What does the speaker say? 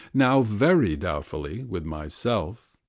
now very doubtfully, with myself,